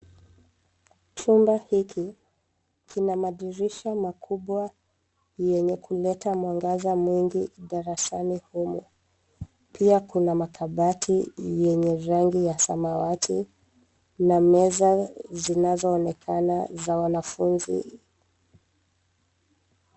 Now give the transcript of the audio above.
Chumba hiki kina madirisha makubwa yenye kuleta mwangaza mwingi darasani humo. Pia kuna makabati yenye rangi ya samawati na meza zinazoonekana za wanafunzi.